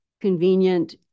convenient